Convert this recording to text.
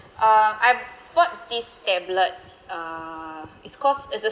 uh I bought this tablet uh it's cause it's a